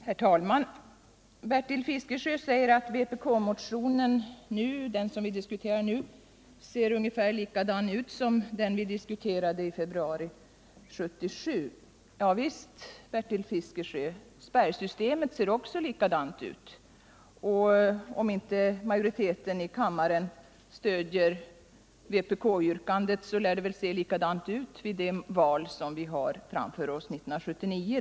Herr talman! Bertil Fiskesjö säger att den vpk-motion som vi diskuterar nu ser ungefär likadan ut som den vi diskuterade i februari 1977. Ja visst, Bertil Fiskesjö, men också spärrsystemet ser likadant ut, och om inte majoriteten i kammaren stödjer vpk-yrkandet vid voteringen lär det väl se likadant ut vid tiden för 1979 års val.